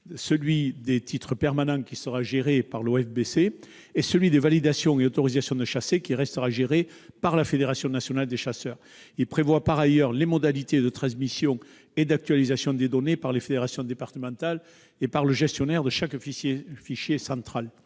celui des titres permanents, qui sera géré par l'OFBC, et celui des validations et autorisations de chasser, qui restera géré par la Fédération nationale des chasseurs. Par ailleurs, le dispositif proposé précise les modalités de transmission et d'actualisation des données par les fédérations départementales et par le gestionnaire de chaque fichier central.